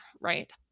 Right